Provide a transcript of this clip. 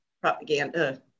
propaganda